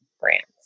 brands